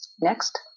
Next